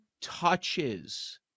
touches